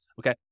Okay